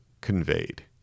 conveyed